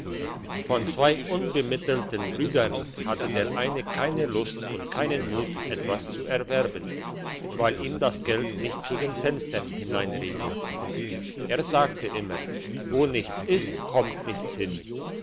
von zwei unbemittelten brüdern hatte der eine keine lust und keinen mut etwas zu erwerben weil ihm das geld nicht zu den fenstern hereinregnete er sagte immer wo nichts ist kommt nichts hin